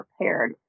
prepared